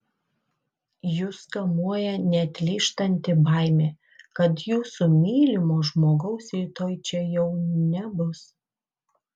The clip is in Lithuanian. jus kamuoja neatlyžtanti baimė kad jūsų mylimo žmogaus rytoj čia jau nebus